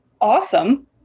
awesome